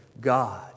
God